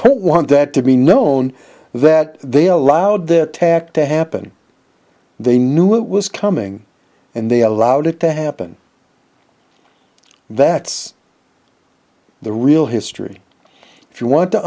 don't want that to be known that they allowed that tack to happen they knew it was coming and they allowed it to happen that's the real history if you want to